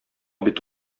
бит